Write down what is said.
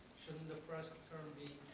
the first term be